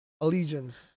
Allegiance